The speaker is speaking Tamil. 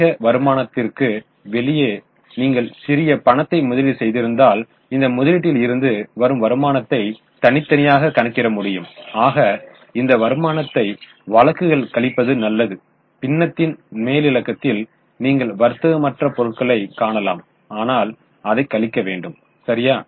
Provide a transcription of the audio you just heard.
வணிக வருமானத்திற்கு வெளியே நீங்கள் சிறிது பணத்தை முதலீடு செய்திருந்தால் இந்த முதலீட்டில் இருந்து வரும் வருமானத்தை தனித்தனியாக கணக்கிட முடியும் ஆக அந்த வருமானத்தை வகுக்குமுன் கழிப்பது நல்லது பின்னத்தின் மேலிலக்கத்தில் நீங்கள் வர்த்தக மற்ற பொருட்களை காணலாம் அதனால் அதை கழிக்க வேண்டும் சரியா